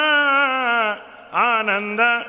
Ananda